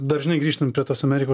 dar žinai grįžtant prie tos ameriko